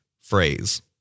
phrase